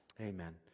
Amen